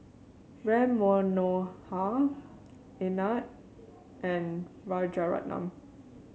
Ram Manohar Anand and Rajaratnam